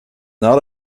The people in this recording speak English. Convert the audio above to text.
not